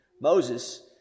Moses